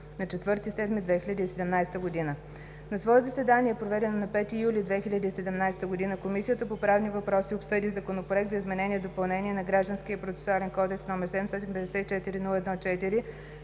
на 4 юли 2017 г. На свое заседание, проведено на 5 юли 2017 г., Комисията по правни въпроси обсъди Законопроект за изменение и допълнение на Гражданския процесуален кодекс, № 754-01-4,